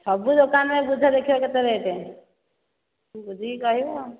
ସବୁ ଦୋକାନେରେ ବୁଝ ଦେଖିବ କେତେ ରେଟ୍ ବୁଝିକି କହିବ ଆଉ